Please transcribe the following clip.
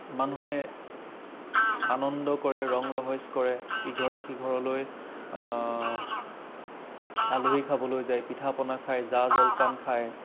মানুহে আনন্দ কৰে ৰং ৰহইচ কৰে ইঘৰে সিঘৰলৈ আলহী খাবলৈ যায় পিঠা পনা খায় জা জলপান খায়